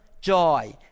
joy